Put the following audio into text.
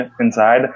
inside